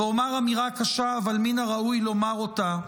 אומר אמירה קשה, אבל מן הראוי לומר אותה: